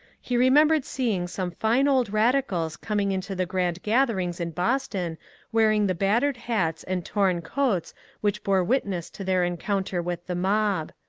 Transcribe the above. he re membered seeing some fine old radicals coming into the grand gatherings in boston wearing the battered hats and torn coats which bore witness to their encounter with the mob.